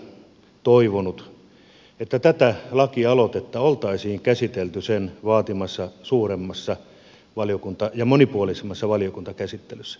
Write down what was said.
olisin kyllä toivonut että tätä lakialoitetta oltaisiin käsitelty sen vaatimassa suuremmassa ja monipuolisemmassa valiokuntakäsittelyssä